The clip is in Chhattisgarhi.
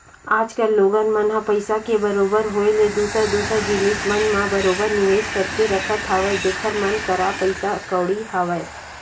आज कल लोगन मन ह पइसा के बरोबर होय ले दूसर दूसर जिनिस मन म बरोबर निवेस करके रखत हवय जेखर मन करा पइसा कउड़ी हवय